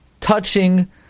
touching